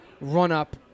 run-up